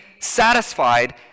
satisfied